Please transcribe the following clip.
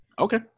okay